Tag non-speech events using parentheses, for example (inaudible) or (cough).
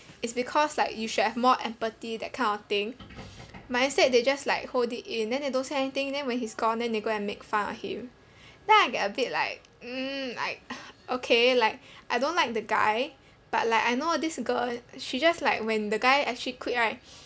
is because like you should have more empathy that kind of thing but instead they just like hold it in then they don't say anything then when he's gone they go and make fun of him then I get a bit like (noise) like (laughs) okay like I don't like the guy but like I know this girl she just like when the guy actually quit right